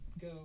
go